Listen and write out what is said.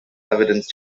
evidence